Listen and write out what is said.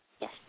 Yes